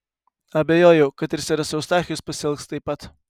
abejojau kad ir seras eustachijus pasielgs taip pat